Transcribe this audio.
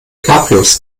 cabrios